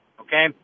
okay